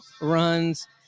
runs